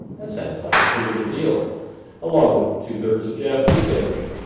that sounds like a pretty good deal along with two three of japanese energy,